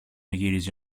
γύριζε